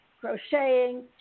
crocheting